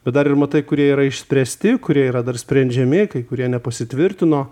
bet dar ir matai kurie yra išspręsti kurie yra dar sprendžiami kai kurie nepasitvirtino